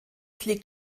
liegt